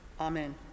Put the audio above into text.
amen